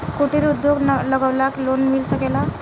कुटिर उद्योग लगवेला लोन मिल सकेला?